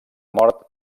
mort